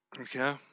okay